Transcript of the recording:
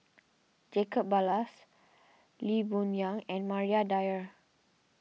Jacob Ballas Lee Boon Yang and Maria Dyer